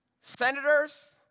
senators